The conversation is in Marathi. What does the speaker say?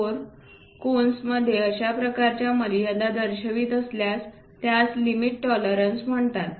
4 कोन्समध्ये अशा प्रकारच्या मर्यादा दर्शवित असल्यास त्यास लिमिट टॉलरन्स म्हणतात